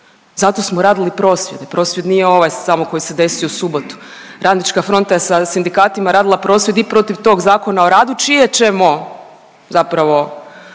Zato smo radili prosvjede. Prosvjed nije ovaj samo koji se desio u subotu. Radnička fronta je sa sindikatima radila prosvjed i protiv tog Zakona o radu čije ćemo zapravo